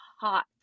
hot